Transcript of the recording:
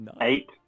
Eight